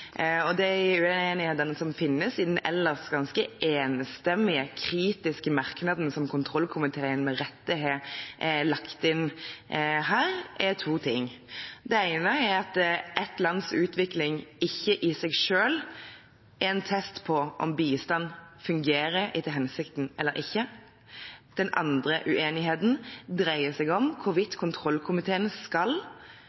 uenighetene som finnes i den ellers ganske enstemmig kritiske merknaden som kontrollkomiteen med rette har lagt inn her, dreier seg om to ting. Den ene er at et lands utvikling ikke i seg selv er en test på om bistanden fungerer etter hensikten eller ikke. Den andre uenigheten dreier seg om hvorvidt